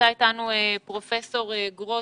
נמצא אתנו פרופ' גרוטו.